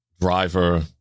driver